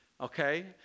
okay